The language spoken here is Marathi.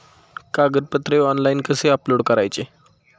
कागदपत्रे ऑनलाइन कसे अपलोड करायचे?